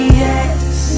yes